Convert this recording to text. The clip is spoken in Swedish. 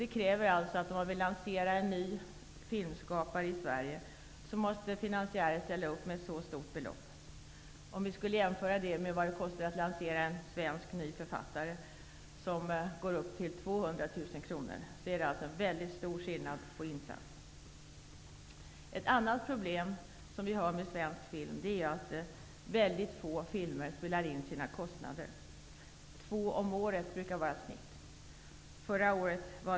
Det kräver att finansiärer måste ställa upp med ett så stort belopp om man vill lansera en ny filmskapare i Sverige. Om vi jämför det med vad det kostar att lansera en ny svensk författare -- det kostar upp till 200 000 kronor -- är det en mycket stor skillnad på insats. Ett annat problem när det gäller svensk film är att mycket få filmer spelar in sina kostnader. Genomsnittet brukar vara två om året.